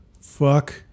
fuck